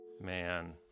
Man